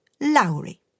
Lowry